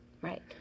Right